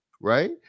right